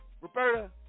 Roberta